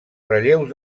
relleus